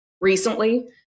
recently